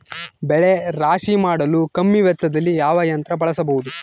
ಬೆಳೆ ರಾಶಿ ಮಾಡಲು ಕಮ್ಮಿ ವೆಚ್ಚದಲ್ಲಿ ಯಾವ ಯಂತ್ರ ಬಳಸಬಹುದು?